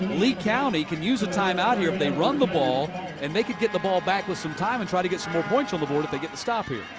lee county can use a time-out here if they run the ball and they could get the ball back with time and try to get more points on the board if they get the stop here.